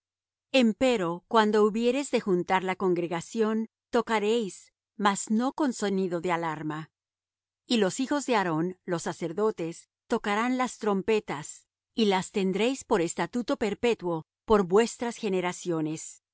partidas empero cuando hubiereis de juntar la congregación tocaréis mas no con sonido de alarma y los hijos de aarón los sacerdotes tocarán las trompetas y las tendréis por estatuto perpetuo por vuestras generaciones